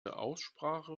aussprache